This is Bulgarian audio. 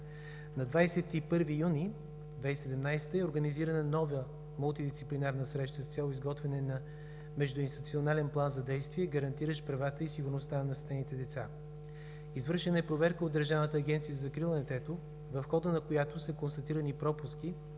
На 21 юни 2017 г. е организирана нова мултидисциплинарна среща, с цел изготвяне на междуинституционален план за действие, гарантиращ правата и сигурността на настанените деца. Извършена е проверка от Държавната агенция за закрила на детето, в хода на която се констатирани пропуски,